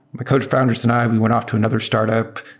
my cofounders and i, we went off to another startup.